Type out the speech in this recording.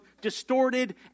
distorted